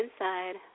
inside